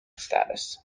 status